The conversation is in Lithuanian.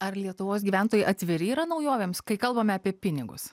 ar lietuvos gyventojai atviri yra naujovėms kai kalbame apie pinigus